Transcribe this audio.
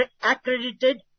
accredited